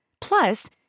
Plus